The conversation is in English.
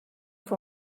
for